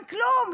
אין כלום?